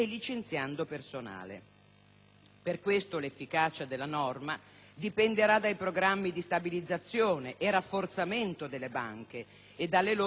Per questo l'efficacia della norma dipenderà dai programmi di stabilizzazione e rafforzamento delle banche e dalle loro politiche di credito.